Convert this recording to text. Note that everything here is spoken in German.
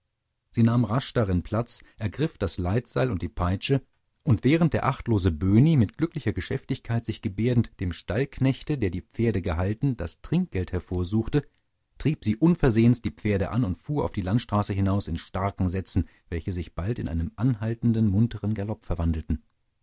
sie nahm rasch darin platz ergriff das leitseil und die peitsche und während der achtlose böhni mit glücklicher geschäftigkeit sich gebärdend dem stallknechte der die pferde gehalten das trinkgeld hervorsuchte trieb sie unversehens die pferde an und fuhr auf die landstraße hinaus in starken sätzen welche sich bald in einen anhaltenden munteren galopp verwandelten